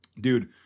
Dude